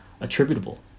attributable